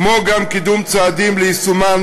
כמו גם קידום צעדים ליישומו,